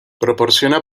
proporciona